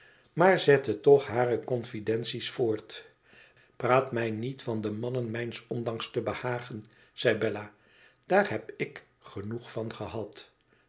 maar zette toch hare confidences voort praat mij niet van de mannen mijns ondanks te behagen zei bella daar heb ik genoeg van gehad